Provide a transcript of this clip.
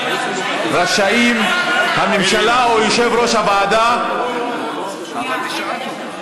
רשאים הממשלה או יושב-ראש הוועדה"